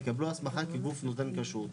יקבלו הסמכה כגוף נותן כשרות.